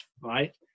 right